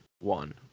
one